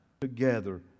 together